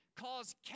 cause